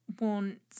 want